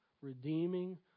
redeeming